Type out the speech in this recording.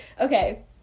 Okay